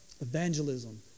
evangelism